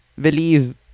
believe